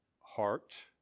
heart